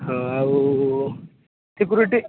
ହଁ ଆଉ ସିକ୍ୟୁରିଟି